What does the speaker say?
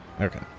Okay